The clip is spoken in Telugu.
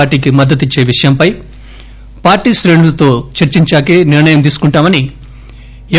పార్టీకి మద్దతిచ్చే విషయంపై పార్లీ శ్రేణులతో చర్సించాకే నిర్ణయం తీసుకుంటామని ఎం